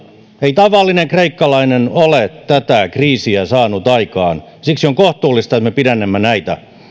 ei tavallinen kreikkalainen ole tätä kriisiä saanut aikaan siksi on kohtuullista että me pidennämme näitä